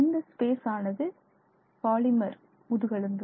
இந்த ஸ்பேஸ் ஆனது பாலிமர் முதுகெலும்பு